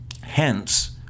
Hence